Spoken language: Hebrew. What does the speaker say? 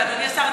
ואדוני השר,